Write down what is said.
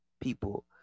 People